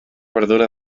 verdura